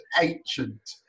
ancient